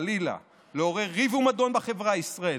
חלילה, לעורר ריב ומדון בחברה הישראלית.